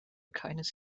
keines